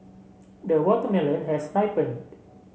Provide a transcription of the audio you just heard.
the watermelon has ripened